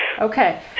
Okay